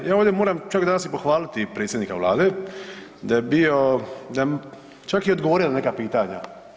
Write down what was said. ovdje moram čak danas i pohvaliti predsjednika Vlade da je bio, čak je i odgovorio na neka pitanja.